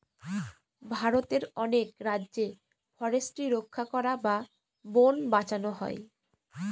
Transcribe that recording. ভারতের অনেক রাজ্যে ফরেস্ট্রি রক্ষা করা বা বোন বাঁচানো হয়